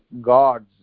gods